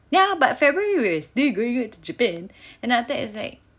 ya but February we are still gooing out to Japan and then after that is like